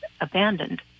abandoned